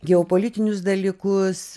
geopolitinius dalykus